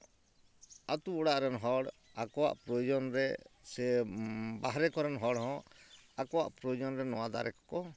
ᱟᱛᱳ ᱚᱲᱟᱜ ᱨᱮᱱ ᱦᱚᱲ ᱟᱠᱚᱣᱟᱜ ᱯᱨᱚᱭᱳᱡᱚᱱ ᱨᱮ ᱥᱮ ᱵᱟᱨᱦᱮ ᱠᱚᱨᱮᱱ ᱦᱚᱲ ᱦᱚᱸ ᱟᱠᱚᱣᱟᱜ ᱯᱨᱚᱭᱳᱡᱚᱱ ᱨᱮ ᱱᱚᱣᱟ ᱫᱟᱨᱮ ᱠᱚᱠᱚ